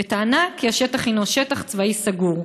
בטענה שהשטח הינו שטח צבאי סגור,